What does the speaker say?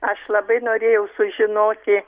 aš labai norėjau sužinoti